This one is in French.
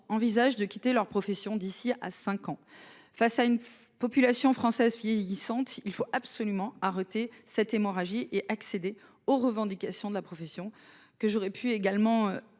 envisage de quitter leur profession d'ici à 5 ans face à une population française vieillissante. Il faut absolument arrêter cette hémorragie et accéder aux revendications de la profession que j'aurais pu également